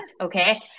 okay